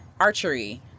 archery